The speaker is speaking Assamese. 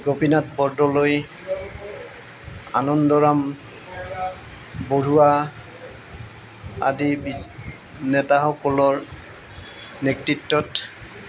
গোপীনাথ বৰদলৈ আনন্দৰাম বৰুৱা আদি বি নেতাসকলৰ নেতৃত্বত